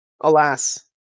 alas